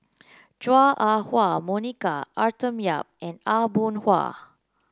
Chua Ah Huwa Monica Arthur Yap and Aw Boon Haw